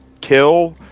Kill